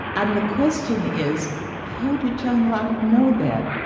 and the question is how did john locke know that?